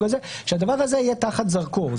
שהדבר הזה יהיה תחת זרקור.